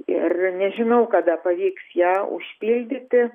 ir nežinau kada pavyks ją užpildyti